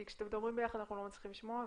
כי שכשאתם מדברים ביחד אנחנו לא מצליחים לשמוע,